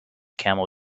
camel